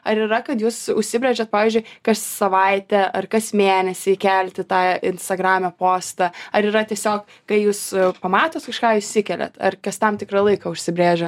ar yra kad jūs užsibrėžiat pavyzdžiui kas savaitę ar kas mėnesį įkelti tą instagrame postą ar yra tiesiog kai jūs pamatot kažką įsikeliat ar kas tam tikrą laiką užsibrėžę